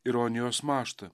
ironijos mąžta